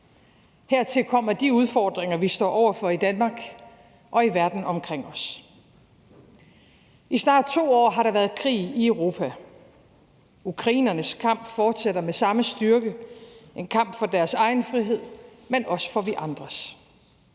hertil kommer de udfordringer, vi står over for i Danmark og i verden omkring os. I snart 2 år har der været krig i Europa. Ukrainernes kamp fortsætter med samme styrke; en kamp for deres egen frihed, men også for vores andres.